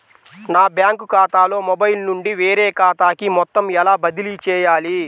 నా బ్యాంక్ ఖాతాలో మొబైల్ నుండి వేరే ఖాతాకి మొత్తం ఎలా బదిలీ చేయాలి?